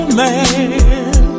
man